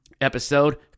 episode